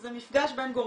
מפגש בין גורמים.